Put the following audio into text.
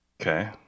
Okay